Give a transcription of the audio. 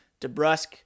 DeBrusque